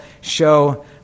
show